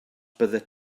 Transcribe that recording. byddet